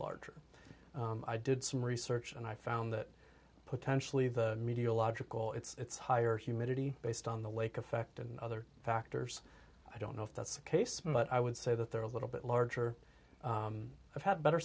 larger i did some research and i found that potentially the media logical it's higher humidity based on the lake effect and other factors i don't know if that's the case but i would say that they're a little bit larger i've had better